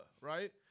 right